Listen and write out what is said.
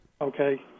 okay